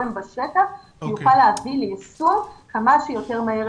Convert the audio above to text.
בשטח שיוכל להביא לייצוב הדברים האלה כמה שיותר מהר.